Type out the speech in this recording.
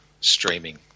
streaming